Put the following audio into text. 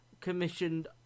commissioned